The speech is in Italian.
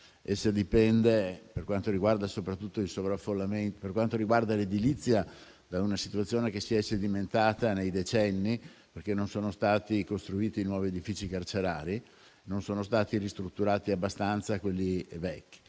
per quanto riguarda l'edilizia, da una situazione che si è sedimentata nei decenni perché non sono stati costruiti nuovi edifici carcerari, né ristrutturati abbastanza quelli vecchi.